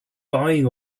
buying